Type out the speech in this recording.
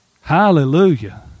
Hallelujah